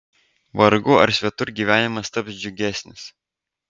vargu ar svetur gyvenimas taps džiugesnis